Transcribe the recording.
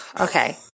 Okay